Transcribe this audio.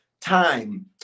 time